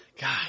God